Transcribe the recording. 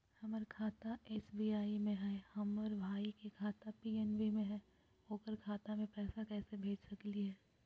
हमर खाता एस.बी.आई में हई, हमर भाई के खाता पी.एन.बी में हई, ओकर खाता में पैसा कैसे भेज सकली हई?